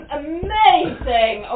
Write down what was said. amazing